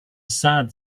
sad